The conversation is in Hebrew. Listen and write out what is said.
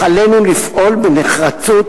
אך עלינו לפעול בנחרצות,